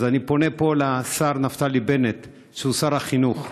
אז אני פונה פה לשר נפתלי בנט, שהוא שר החינוך: